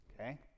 Okay